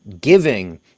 giving